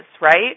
right